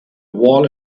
wall